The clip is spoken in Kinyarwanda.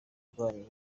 rwanyu